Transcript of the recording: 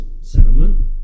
settlement